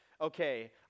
okay